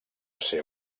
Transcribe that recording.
ser